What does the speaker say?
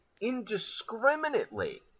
indiscriminately